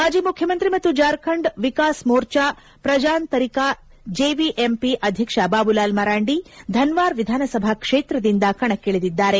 ಮಾಜಿ ಮುಖ್ಯಮಂತ್ರಿ ಮತ್ತು ಜಾರ್ಖಂಡ್ ವಿಕಾಸ್ ಮೋರ್ಚಾ ಪ್ರಜಾಂತರಿಕಾ ಜೆವಿಎಂ ಪಿ ಅಧ್ಯಕ್ಷ ಬಾಬುಲಾಲ್ ಮರಾಂಡಿ ಧನ್ಲಾರ್ ವಿಧಾನಸಭಾ ಕ್ಷೇತ್ರದಿಂದ ಕಣಕ್ಕಿಳಿದಿದ್ದಾರೆ